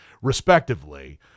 Respectively